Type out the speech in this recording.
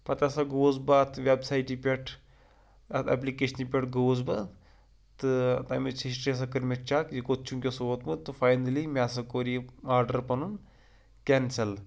پَتہٕ ہَسا گووُس بہٕ اَتھ وٮ۪بسایٹہِ پٮ۪ٹھ اَتھ اٮ۪پلِکیشنہِ پٮ۪ٹھ گوٚوُس بہٕ تہٕ تَمِچ ہِسٹِرٛی ہَسا کٔر مےٚ چَک یہِ کوٚت چھُ وٕنۍکٮ۪س ووتمُت تہٕ فاینٔلی مےٚ ہَسا کوٚر یہِ آڈَر پَنُن کٮ۪نسَل